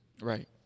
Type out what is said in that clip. Right